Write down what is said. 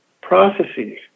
processes